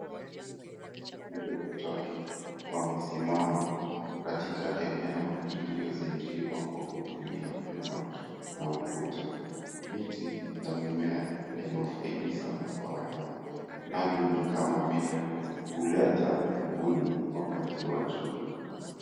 Twiga watatu wamesimama katika eneo iliyozingirwa kwa kutumia vyuma na ukuta. Miti na mimea yanafaidi sana kwa wanyama. Navyo ni kama vile kuleta kivuli wakati wa jua.